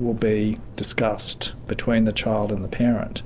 will be discussed between the child and the parent.